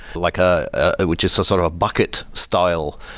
like ah ah which is so sort of a bucket style.